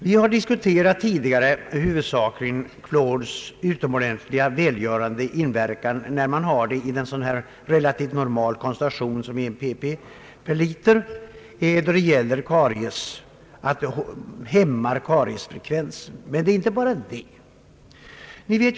Vi har tidigare huvudsakligen diskuterat fluorens utomordentliga välgörande inverkan när den förekommer i en så relativt normal koncentration som 1 pp Per liter som hämmande faktor när det gäller kariesfrekvensen. Men det är inte bara det saken gäller.